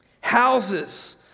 houses